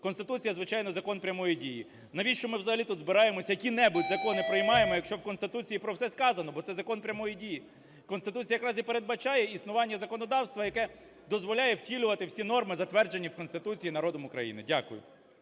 Конституція – звичайно, закон прямої дії. Навіщо ми взагалі тут збираємося, які-небудь закони приймаємо, якщо в Конституції про все сказано, бо це закон прямої дії? Конституція якраз і передбачає існування законодавства, яке дозволяє втілювати всі норми, затверджені в Конституції народом України. Дякую.